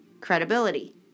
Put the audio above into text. credibility